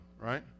right